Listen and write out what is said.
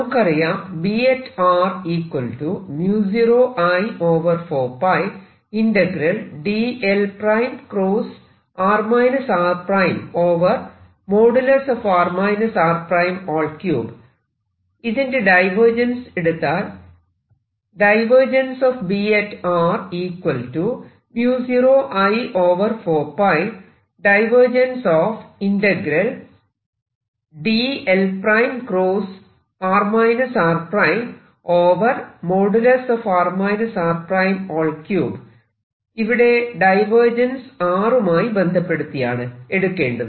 നമുക്കറിയാം ഇതിന്റെ ഡൈവേർജൻസ് എടുത്താൽ ഇവിടെ ഡൈവേർജൻസ് r മായി ബന്ധപ്പെടുത്തിയാണ് എടുക്കേണ്ടത്